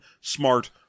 smart